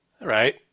right